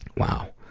wow,